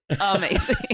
amazing